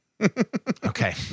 okay